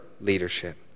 leadership